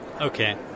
Okay